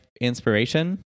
inspiration